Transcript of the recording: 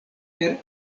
per